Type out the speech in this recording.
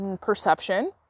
perception